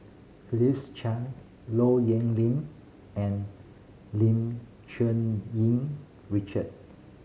Philip Chan Low Yen Ling and Lim Cherng Yih Richard